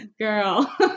girl